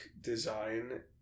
design